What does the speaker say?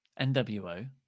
NWO